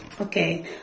Okay